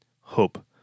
Hope